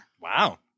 Wow